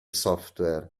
software